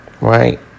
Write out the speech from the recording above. Right